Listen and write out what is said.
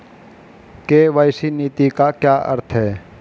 KYC नीति का क्या अर्थ है?